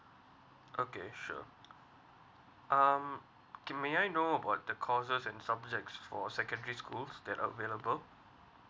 okay sure um okay may I know about the courses and subjects for secondary school that are available